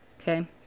Okay